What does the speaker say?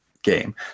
game